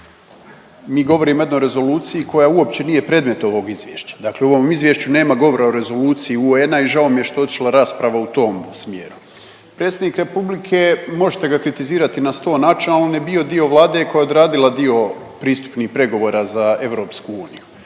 Mi govorimo o jednoj rezoluciji koja uopće nije predmet ovog izvješća. Dakle u ovom izvješću nema govora o rezoluciji UN-a i žao mi je što je otišla rasprava u tom smjeru. Predsjednik Republike, možete ga kritizirati na sto načina, on je bio dio Vlade koja je odradila dio pristupnih pregovora za Europsku uniju.